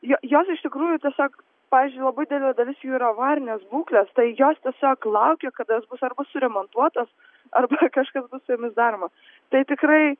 jo jos iš tikrųjų tiesiog pavyzdžiui labai didelė dalis jų yra avarinės būklės tai jos tiesiog laukia kada jos bus suremontuotos arba kažkas bus su jomis daroma tai tikrai